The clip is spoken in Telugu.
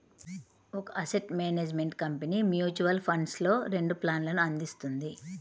ఒక అసెట్ మేనేజ్మెంట్ కంపెనీ మ్యూచువల్ ఫండ్స్లో రెండు ప్లాన్లను అందిస్తుంది